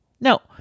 no